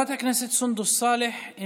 חברת הכנסת סונדוס סאלח,